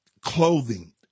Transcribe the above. clothing